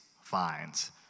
finds